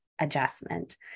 adjustment